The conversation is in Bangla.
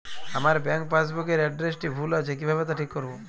আমার ব্যাঙ্ক পাসবুক এর এড্রেসটি ভুল আছে কিভাবে তা ঠিক করবো?